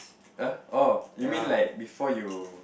uh oh you mean like before you